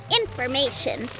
information